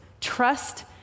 Trust